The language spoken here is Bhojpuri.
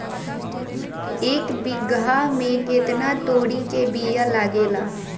एक बिगहा में केतना तोरी के बिया लागेला?